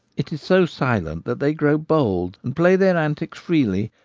it is so silent that they grow bold, and play their antics freely,